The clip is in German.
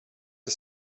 der